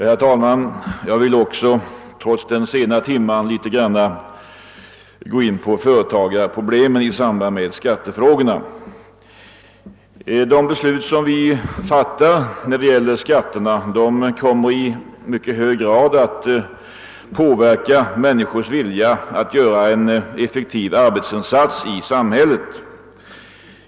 Herr talman! Jag vill också trots den sena timmen något gå in på företagarproblemen i samband med skattefrågorna. De beslut som vi fattar när det gäller skatterna kommer i mycket hög grad att påverka människornas vilja att göra en effektiv arbetsinsats i samhället.